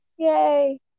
Yay